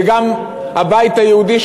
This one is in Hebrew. וגם הבית היהודי,